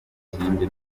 ikindi